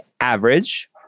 average